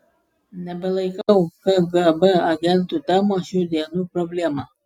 nebelaikau kgb agentų temos šių dienų problema